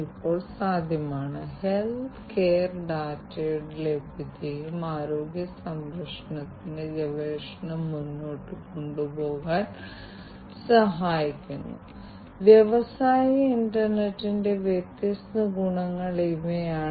ഇൻറർനെറ്റിലേക്കുള്ള health care ഉപകരണങ്ങളുടെ connectivity അടിസ്ഥാനപരമായി ഇത് ചെയ്യുന്നതിന് നിങ്ങളെ സഹായിക്കും ആരോഗ്യ സംരക്ഷണ വ്യവസായത്തിലെ IoT യുടെ വളരെ ചെറിയ തോതിലും പ്രയോഗത്തിലും ഞങ്ങൾ കണ്ടത് ഇതാണ്